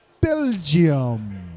Belgium